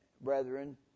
brethren